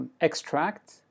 extract